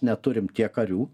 neturim tiek karių